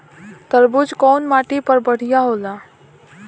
तरबूज कउन माटी पर बढ़ीया होला?